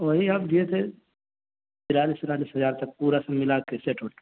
وہی آپ دیے تھے تینتالس ارالس ہزار تک پورا سب ملا کے سیٹ اٹ